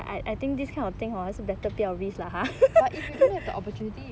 but if you don't have the opportunity